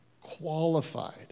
qualified